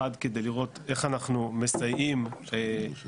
אחד כדי לראות איך אנחנו מסייעים בעצם